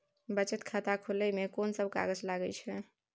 बचत खाता खुले मे कोन सब कागज लागे छै?